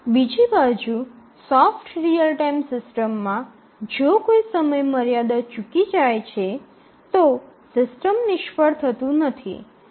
બીજી બાજુ soft real time સિસ્ટમમાં જો કોઈ સમયમર્યાદા ચૂકી જાય છે તો સિસ્ટમ નિષ્ફળ થતું નથી